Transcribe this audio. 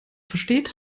versteht